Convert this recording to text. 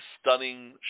stunning